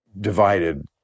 divided